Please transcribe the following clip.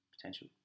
potential